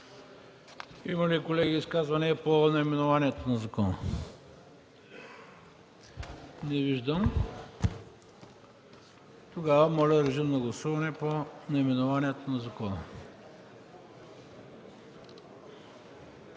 има ли изказвания по наименованието на закона? Не виждам. Моля, режим на гласуване по наименованието на закона.